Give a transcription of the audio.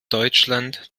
deutschland